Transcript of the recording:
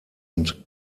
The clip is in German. und